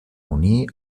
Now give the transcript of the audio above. unir